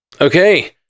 Okay